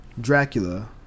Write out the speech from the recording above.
Dracula